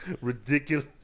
ridiculous